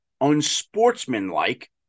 unsportsmanlike